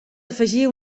afegir